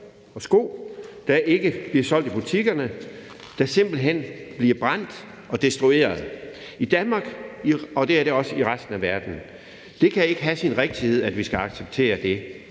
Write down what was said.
sko, der ikke bliver solgt i butikkerne, som simpelt hen bliver brændt og destrueret, både i Danmark og i resten af verden. Det kan ikke have sin rigtighed, at vi skal acceptere det.